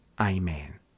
Amen